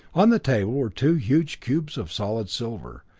on the table were two huge cubes of solid silver,